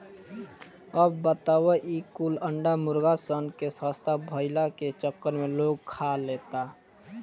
अब बताव ई कुल अंडा मुर्गा सन के सस्ता भईला के चक्कर में लोग खा लेता